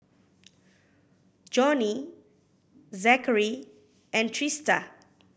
Johney Zachary and Trista